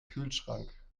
kühlschrank